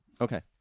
Okay